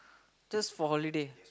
just for holiday